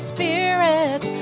Spirit